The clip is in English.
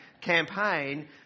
campaign